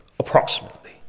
Approximately